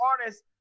artists